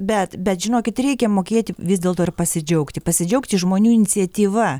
bet bet žinokit reikia mokėti vis dėl to ir pasidžiaugti pasidžiaugti žmonių iniciatyva